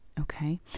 Okay